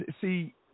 see